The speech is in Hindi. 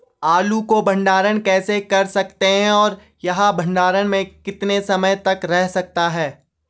आलू को भंडारण कैसे कर सकते हैं और यह भंडारण में कितने समय तक रह सकता है?